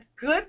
good